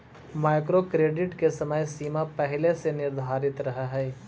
micro credit के समय सीमा पहिले से निर्धारित रहऽ हई